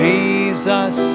Jesus